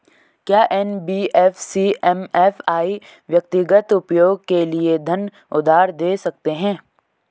क्या NBFC MFI व्यक्तिगत उपयोग के लिए धन उधार दें सकते हैं?